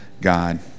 God